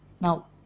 Now